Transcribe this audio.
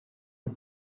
for